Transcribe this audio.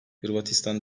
hırvatistan